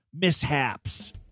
mishaps